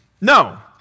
No